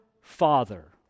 Father